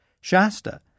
Shasta